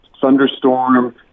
thunderstorm